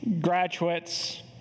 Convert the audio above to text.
graduates